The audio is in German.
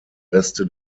reste